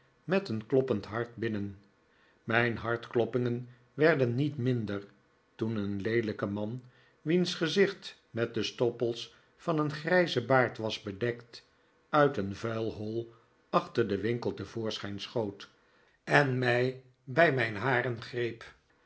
met een kloppend hart binnen mijn hartkloppingen werden niet minder toen een leelijke man wiens gezicht met de stoppels van een grijzen baard was bedekt uit een vuil hoi achter den winkel te voorschijn schoot en mij bij mijn haren greep